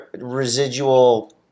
residual